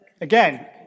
again